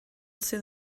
sydd